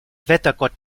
wettergott